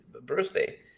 birthday